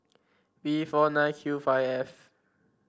V four nine Q five F